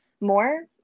more